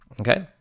Okay